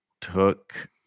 took